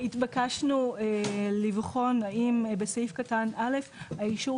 התבקשנו לבחון האם בסעיף קטן (א) האישור